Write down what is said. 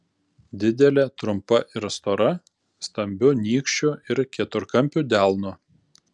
didelė trumpa ir stora stambiu nykščiu ir keturkampiu delnu